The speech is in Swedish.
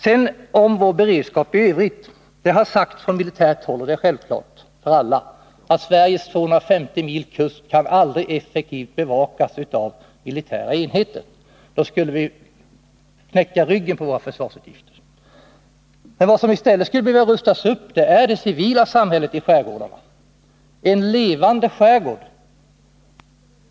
Beträffande vår beredskap i övrigt har det sagts från militärt håll vad som är självklart för alla, nämligen att Sveriges 250 mil kust aldrig kan bevakas effektivt av militära enheter — då skulle vi knäcka ryggen på grund av våra försvarsutgifter. Vad som i stället skulle behöva rustas upp är det civila samhället i skärgården, så att vi får en levande skärgård.